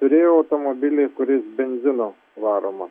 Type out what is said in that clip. turėjau automobilį kuris benzinu varomą